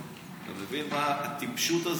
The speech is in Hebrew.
אתה מבין מה הטיפשות הזאת?